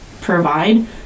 provide